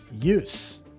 use